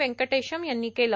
व्यंकटेशम् यांनी केलं